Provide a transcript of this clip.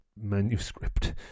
manuscript